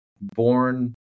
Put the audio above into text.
Born